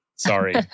Sorry